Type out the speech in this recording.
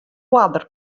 oarder